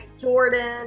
Jordan